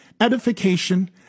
edification